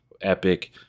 Epic